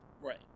Right